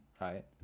right